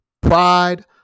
pride